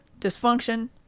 dysfunction